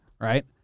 right